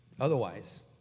Otherwise